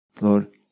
Lord